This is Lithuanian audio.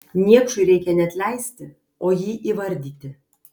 niekšui reikia ne atleisti o jį įvardyti